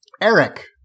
Eric